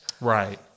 right